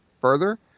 further